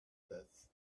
puffs